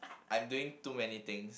I am doing too many things